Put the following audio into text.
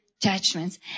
judgments